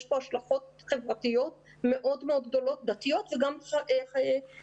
יש פה השלכות מאוד גדולות, דתיות וגם חברתיות.